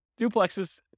duplexes